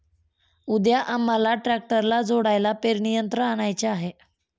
उद्या आम्हाला ट्रॅक्टरला जोडायला पेरणी यंत्र आणायचे आहे